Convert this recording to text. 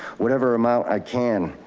whatever amount i can.